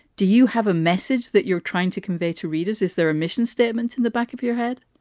do you have a message that you're trying to convey to readers? is there a mission statement in the back of your head?